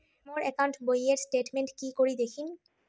মোর account বইয়ের statement কি করি দেখিম?